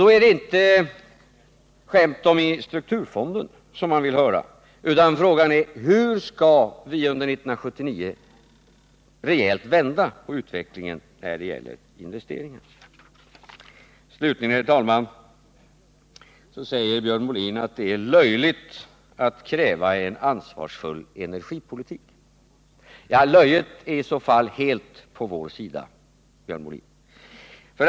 Då är det inte skämt om strukturfonden som man vill höra utan frågan är hur vi 1979 reellt skall kunna vända utvecklingen när det gäller investeringarna. Slutligen, herr talman, säger Björn Molin att det är löjligt att kräva en ansvarsfull energipolitik. Ja, löjet är i så fall helt på vår sida, Björn Molin.